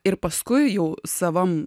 ir paskui jau savam